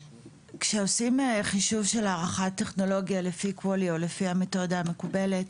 כשעושים חישוב של הערכת טכנולוגיה לפי QALY או לפי המתודה המקובלת,